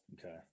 Okay